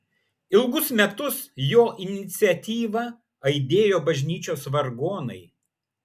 ilgus metus jo iniciatyva aidėjo bažnyčios vargonai